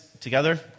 together